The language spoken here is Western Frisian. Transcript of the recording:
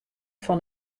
fan